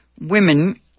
Women